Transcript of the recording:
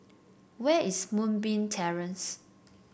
where is Moonbeam Terrace